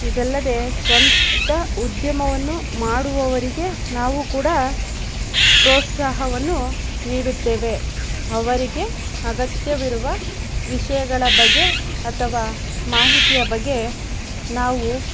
ಇದಲ್ಲದೆ ಸ್ವಂತ ಉದ್ಯಮವನ್ನು ಮಾಡುವವರಿಗೆ ನಾವು ಕೂಡ ಪ್ರೋತ್ಸಾಹವನ್ನು ನೀಡುತ್ತೇವೆ ಅವರಿಗೆ ಅಗತ್ಯವಿರುವ ವಿಷಯಗಳ ಬಗ್ಗೆ ಅಥವಾ ಮಾಹಿತಿಯ ಬಗ್ಗೆ ನಾವು